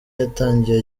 yatangiye